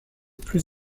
plus